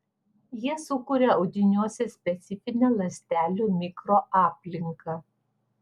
jie sukuria audiniuose specifinę ląstelių mikroaplinką